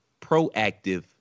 proactive